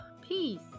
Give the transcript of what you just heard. peace